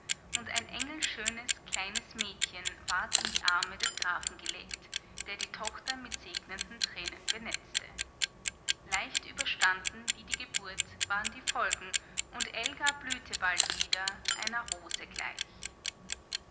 und ein engelschönes kleines mädchen ward in die arme des grafen gelegt der die tochter mit segnenden tränen benetzte leicht überstanden wie die geburt waren die folgen und elga blühte bald wieder einer rose gleich